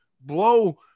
blow